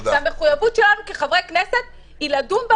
והמחויבות שלנו כחברי כנסת היא לדון בה